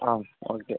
ആ ഓക്കെ